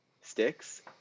sticks